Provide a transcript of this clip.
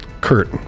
Kurt